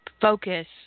focus